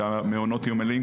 שהמעונות יהיו מלאים,